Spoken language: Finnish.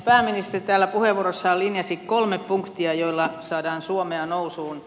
pääministeri täällä puheenvuorossaan linjasi kolme punktia joilla saadaan suomea nousuun